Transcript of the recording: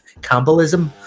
Campbellism